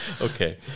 Okay